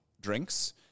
drinks